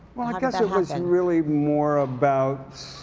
well i guess it was and really more about,